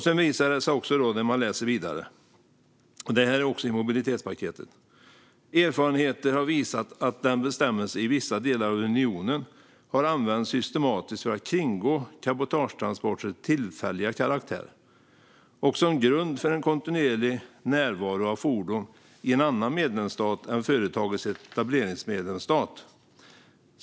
Sedan visar det sig också när man läser vidare i mobilitetspaketet att det står så här: "Erfarenheter har visat att den bestämmelsen i vissa delar av unionen har använts systematiskt för att kringgå cabotagetransportens tillfälliga karaktär och som grund för en kontinuerlig närvaro av fordon i en annan medlemsstat än företagets etableringsmedlemsstat.